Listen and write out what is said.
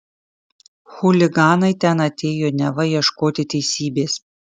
chuliganai ten atėjo neva ieškoti teisybės